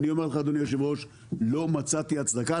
אני אומר לך, אדוני היו"ר, לא מצאתי הצדקה.